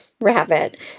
rabbit